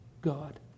God